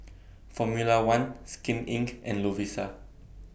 Formula one Skin Inc and Lovisa